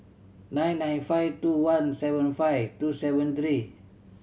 nine nine five two one seven five two seven three